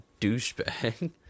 douchebag